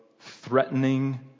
threatening